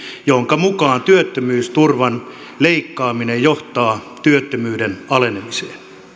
jonka mukaan työttömyysturvan leikkaaminen johtaa työttömyyden alenemiseen